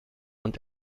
und